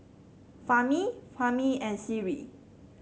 Fahmi Fahmi and Sri